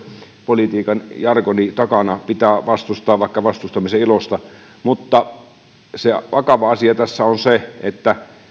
politiikan jargoni takana pitää vastustaa vaikka vastustamisen ilosta mutta se vakava asia tässä on se että